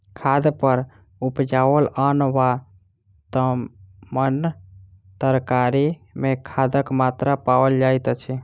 खाद पर उपजाओल अन्न वा तीमन तरकारी मे खादक मात्रा पाओल जाइत अछि